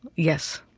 yes.